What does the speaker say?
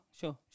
sure